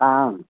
हा